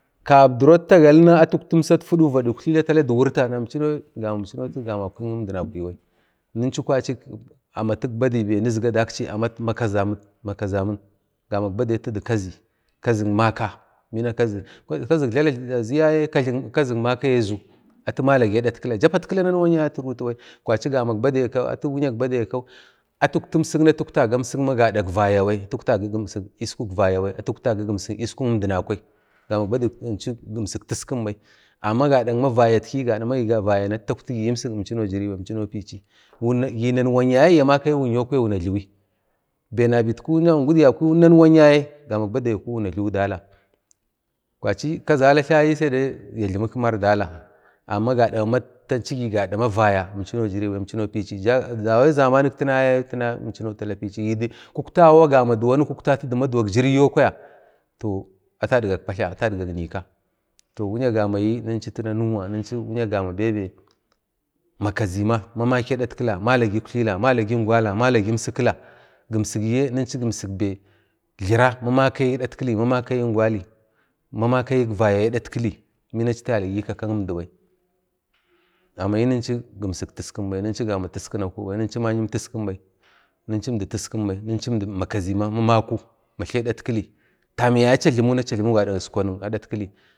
kabdiro atu tagalina atu uktu imsat fudu bikwa vad uktlita pira da wurta gamachinau atu gama kindinakwai bai, ninchu kwachi amatik badai bai nizga amat makazamin, gamak badai azu yaye zu maka, kazik jlala azu yaye atu zu maka atu valage adatkila kwachi gamak badai, amak badai atu uktu imsik ni atu vauktau gadak vaya bai gadak əmdinakwai, gamak badai imchu imsik tiskinbai, amma gadak vayatki gadak ma gi gavaya imchinau pichi, gi nanaywan yaye ya makayan wuna jlibi ne nabitku, ngudiyakwai nanwan yaye gamak badait kuwun wuna wuna jlibi dala, kwachi kazala tlayaye ya jlimi kimar dala, amma mama gada atu tauchigi gadak vaya inchau pichi, imchinau jiribai dawa izamanik tina yaye imchnau pichi kuktawa gama kuktawa gama kuktatu di maduwa jira kwaya toh atu adgag patla, atu adgag nikah, toh wu'ya gama ninchatu nanuwa ninchu gama makazima mama ke datkila, malagi ingwala, malagi imsikila, gimsik yi ninchu gimsik jlira mamaki adatkili, mamakayik vaya adatkili, amma ninchu gimsik bai ninchu gama tiskin bai, ninchu ma'yim tiskin bai, ninchu əmdi tiskin bai ninchu gamsik makazima matlai adatkili nanawan yaye acha jlimumi acha jlimu gadak iskwanik adatkili